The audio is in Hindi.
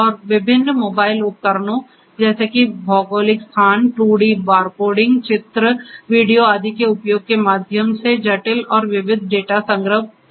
और विभिन्न मोबाइल उपकरणों जैसे कि भौगोलिक स्थान 2 डी बारकोडिंग चित्र वीडियो आदि के उपयोग के माध्यम से जटिल और विविध डेटा संग्रह संभव है